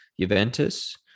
Juventus